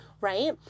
right